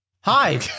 hi